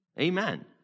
amen